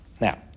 Now